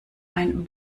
ein